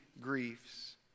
griefs